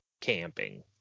camping